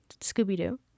Scooby-Doo